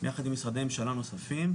יחד עם משרדי ממשלה נוספים.